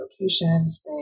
locations